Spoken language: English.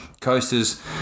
Coasters